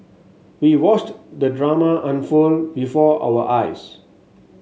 we watched the drama unfold before our eyes